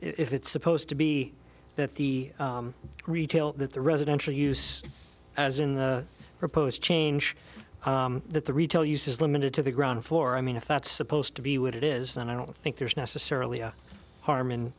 if it's supposed to be that the retail that the residential use as in the proposed change that the retail use is limited to the ground floor i mean if that's supposed to be what it is then i don't think there's necessarily a harm